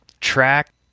track